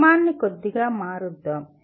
క్రమాన్ని కొద్దిగా మారుద్దాం